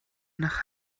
nach